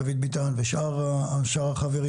דוד ביטן, ושאר החברים.